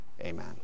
Amen